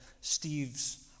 Steve's